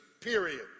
period